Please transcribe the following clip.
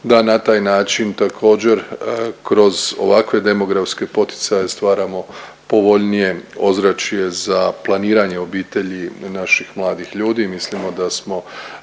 da na taj način također kroz ovakve demografske poticaje stvaramo povoljnije ozračje za planiranje obitelji naših mladih ljudi. Mislim da smo